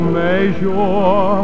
measure